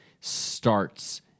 starts